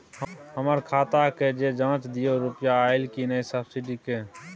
हमर खाता के ज जॉंच दियो रुपिया अइलै की नय सब्सिडी के?